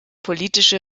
politische